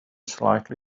slightly